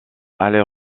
aller